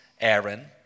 Aaron